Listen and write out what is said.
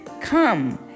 Come